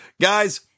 guys